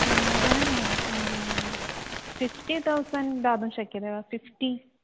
नूतनं fifty thousand दातुं शक्यते वा फ़िफ़्टि